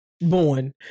born